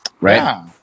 right